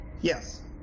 Yes